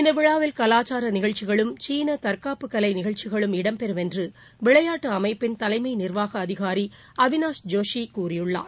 இந்த விழாவில் கலாச்சார நிகழ்ச்சிகளும் சீன தற்காப்பு கலை நிகழ்ச்சிகளும் இடம்பெறும் என்று விளையாட்டு அமைப்பின் தலைமை நிா்வாக அதிகாரி அவிநாஸ் ஜோஷி கூறியுள்ளார்